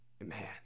man